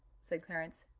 said clarence,